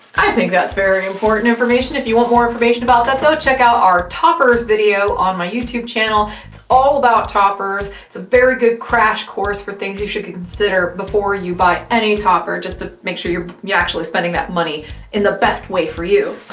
i think that's very important information, if you want more information about that though, check out our toppers video on my youtube channel. it's all about toppers, it's a very good crash course for things you should consider before you buy any topper, just to make sure you're actually spending that money in the best way for you.